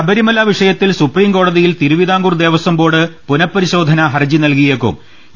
ശബരിമല വിഷയത്തിൽ സുപ്രീംകോടതിയിൽ Thiruvithamkoor Devaswom board പുനഃപരിശോധനാ ഹർജി നൽകിയേക്കും